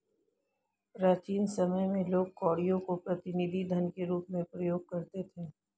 प्राचीन समय में लोग कौड़ियों को प्रतिनिधि धन के रूप में प्रयोग करते थे